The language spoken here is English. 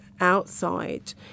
outside